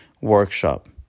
workshop